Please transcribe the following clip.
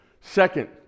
Second